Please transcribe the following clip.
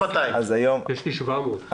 יש לי 700 שקל.